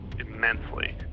immensely